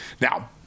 Now